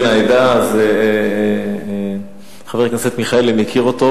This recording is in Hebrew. העדה, חבר הכנסת מיכאלי מכיר אותו.